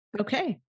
Okay